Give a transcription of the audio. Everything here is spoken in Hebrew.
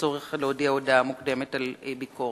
שבצורך להודיע הודעה מוקדמת על ביקורת.